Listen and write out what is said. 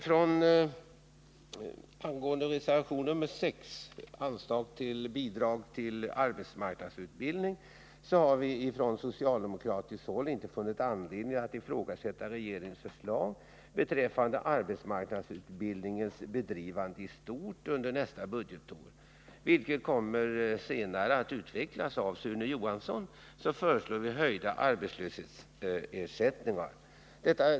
Som framgår av reservation nr 6, om anslag till Bidrag till arbetsmarknadsutbildning, har vi från socialdemokratiskt håll inte funnit anledning att ifrågasätta regeringens förslag beträffande arbetsmarknadsutbildningens bedrivande i stort under nästa budgetår. Vi föreslår höjda arbetslöshetsersättningar, och det kommer senare att utvecklas av Sune Johansson.